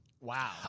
Wow